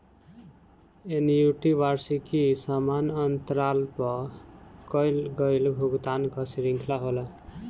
annuity वार्षिकी समान अंतराल पअ कईल गईल भुगतान कअ श्रृंखला होला